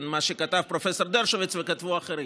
מה שכתב פרופ' דרשוביץ וכתבו אחרים.